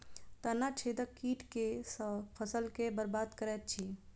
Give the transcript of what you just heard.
तना छेदक कीट केँ सँ फसल केँ बरबाद करैत अछि?